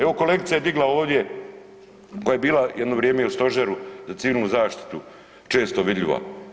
Evo kolegica je digla ovdje koja je bila jedno vrijeme i u stožeru za civilnu zaštitu često vidljiva.